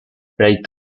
reid